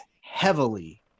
heavily